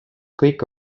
kõik